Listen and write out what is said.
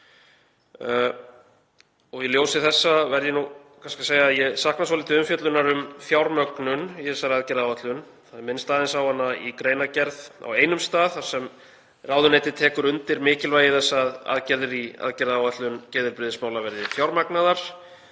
Í ljósi þessa verð ég að segja að ég sakna svolítið umfjöllunar um fjármögnun í þessari aðgerðaáætlun. Það er minnst aðeins á hana í greinargerð á einum stað þar sem ráðuneytið tekur undir mikilvægi þess að aðgerðir í aðgerðaáætlun geðheilbrigðismála verði fjármagnaðar.